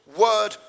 word